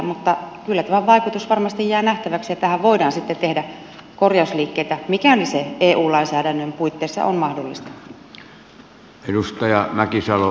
mutta kyllä tämän vaikutus varmasti jää nähtäväksi ja tähän voidaan sitten tehdä korjausliikkeitä mikäli se eu lainsäädännön puitteissa on mahdollista